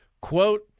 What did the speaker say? quote